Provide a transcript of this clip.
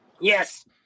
Yes